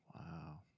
Wow